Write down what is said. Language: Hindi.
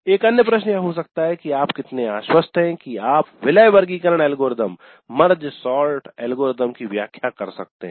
एक अन्य प्रश्न यह हो सकता है कि आप कितने आश्वस्त हैं कि आप विलय वर्गीकरण एल्गोरिथम की व्याख्या कर सकते हैं